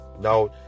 now